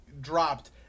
dropped